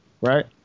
right